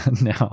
No